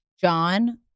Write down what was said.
John